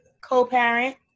co-parent